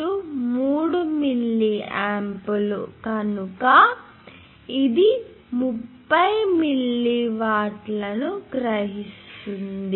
3 milliamps కనుక ఇది 30 milli వాట్లను గ్రహిస్తుంది